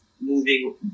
moving